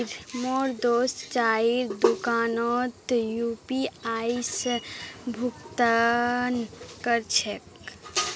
मोर दोस्त चाइर दुकानोत यू.पी.आई स भुक्तान कर छेक